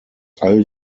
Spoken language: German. all